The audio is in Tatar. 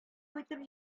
кайтып